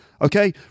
Okay